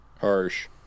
Harsh